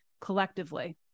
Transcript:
collectively